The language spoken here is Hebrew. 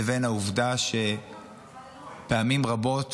לבין העובדה שפעמים רבות